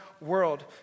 world